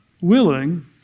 willing